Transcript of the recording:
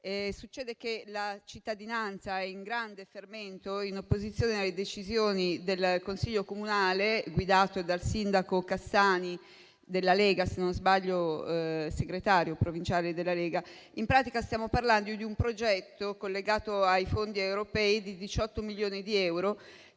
Succede che la cittadinanza è in grande fermento, in opposizione alle decisioni del Consiglio comunale guidato dal sindaco Cassani della Lega (se non sbaglio è segretario provinciale della Lega). In pratica stiamo parlando di un progetto di 18 milioni di euro,